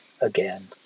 again